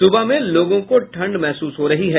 सुबह में लोगों को ठंड महसूस हो रही है